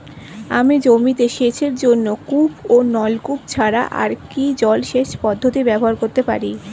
আমি জমিতে সেচের জন্য কূপ ও নলকূপ ছাড়া আর কি জলসেচ পদ্ধতি ব্যবহার করতে পারি?